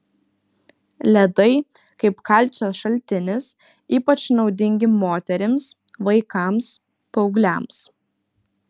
ledai kaip kalcio šaltinis ypač naudingi moterims vaikams paaugliams